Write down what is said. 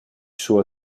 suo